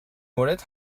مورد